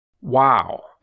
Wow